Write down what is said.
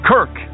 Kirk